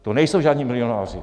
To nejsou žádní milionáři.